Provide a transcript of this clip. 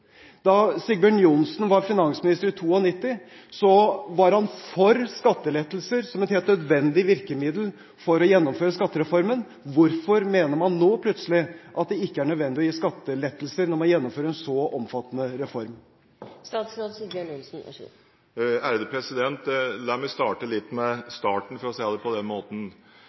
Da Sigbjørn Johnsen var finansminister i 1992, var han for skattelettelser som et helt nødvendig virkemiddel for å gjennomføre skattereformen. Hvorfor mener man nå plutselig at det ikke er nødvendig å gi skattelettelser når man gjennomfører en så omfattende reform? La meg starte med starten – for å si det på den måten.